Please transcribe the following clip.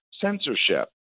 censorship